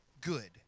good